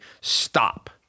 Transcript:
stop